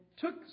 took